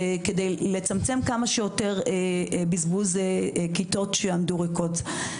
כדי לצמצם כמה שיותר בזבוז כיתות שיעמדו ריקות.